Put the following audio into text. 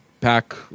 pack